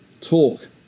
talk